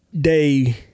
day